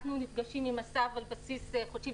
אנחנו נפגשים עם מס"ב על בסיס חודשי,